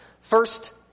First